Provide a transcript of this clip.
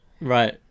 Right